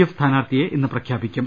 A ഫ് സ്ഥാനാർത്ഥിയെ ഇന്ന് പ്രഖ്യാപിക്കും